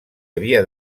havia